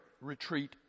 retreat